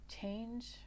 change